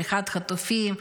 בריחת חטופים.